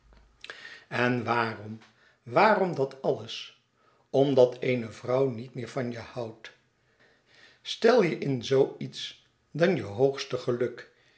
en waarom waarom dat alles omdat eene vrouw niet meer van je houdt stel je in z iets dan je hoogste geluk